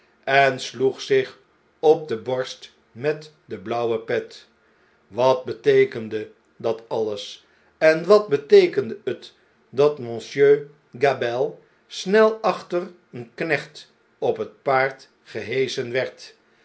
en sloeg zich op de borst met de blauwe pet wat beteekende dat alles en wat beteekende het dat monsieur gabelle snel achter een knecht op het paard geheschen werd